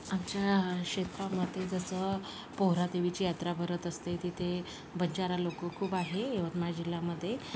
आमच्या क्षेत्रामध्ये जसं पोहरादेवीची यात्रा भरत असते तिथे बंजारा लोकं खूप आहे यवतमाळ जिल्ह्यामध्ये